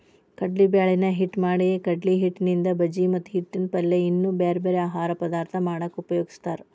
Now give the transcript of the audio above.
ಕಡ್ಲಿಬ್ಯಾಳಿನ ಹಿಟ್ಟ್ ಮಾಡಿಕಡ್ಲಿಹಿಟ್ಟಿನಿಂದ ಬಜಿ ಮತ್ತ ಹಿಟ್ಟಿನ ಪಲ್ಯ ಇನ್ನೂ ಬ್ಯಾರ್ಬ್ಯಾರೇ ಆಹಾರ ಪದಾರ್ಥ ಮಾಡಾಕ ಉಪಯೋಗಸ್ತಾರ